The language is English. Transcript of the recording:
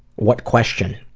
what question.